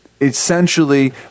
Essentially